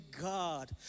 God